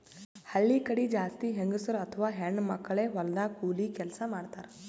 ಹಳ್ಳಿ ಕಡಿ ಜಾಸ್ತಿ ಹೆಂಗಸರ್ ಅಥವಾ ಹೆಣ್ಣ್ ಮಕ್ಕಳೇ ಹೊಲದಾಗ್ ಕೂಲಿ ಕೆಲ್ಸ್ ಮಾಡ್ತಾರ್